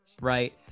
right